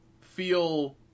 feel